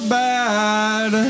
bad